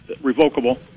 revocable